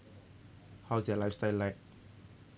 how's their lifestyle like